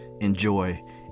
enjoy